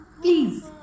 please